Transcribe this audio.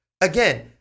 again